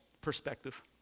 perspective